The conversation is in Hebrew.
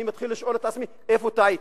אני מתחיל לשאול את עצמי איפה טעיתי.